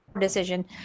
decision